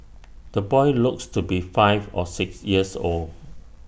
the boy looks to be five or six years old